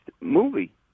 movie